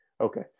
okay